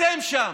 אתם שם.